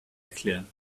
erklären